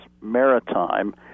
maritime